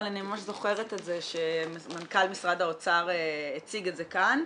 אבל אני ממש זוכרת את זה שמנכ"ל משרד האוצר הציג את זה כאן.